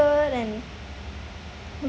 ~ert and